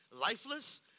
lifeless